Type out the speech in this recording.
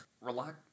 Relax